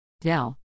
Dell